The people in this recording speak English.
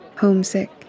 homesick